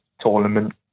tournament